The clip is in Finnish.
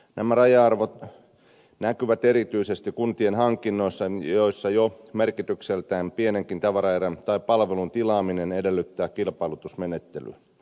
nämä raja arvot näkyvät erityisesti kuntien hankinnoissa joissa jo merkitykseltään pienenkin tavaraerän tai palvelun tilaaminen edellyttää kilpailutusmenettelyä